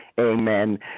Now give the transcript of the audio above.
amen